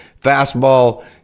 fastball